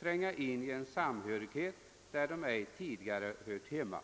tränga in i en samhörighet där det ej tidigare hört hemma.